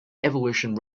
evolution